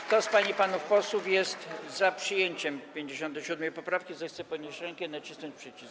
Kto z pań i panów posłów jest za przyjęciem 57. poprawki, zechce podnieść rękę i nacisnąć przycisk.